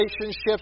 relationships